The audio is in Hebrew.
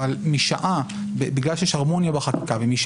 אבל בגלל שיש הרמוניה בחקיקה ואם יש